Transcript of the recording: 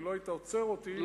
כי לא היית עוצר אותי,